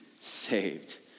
saved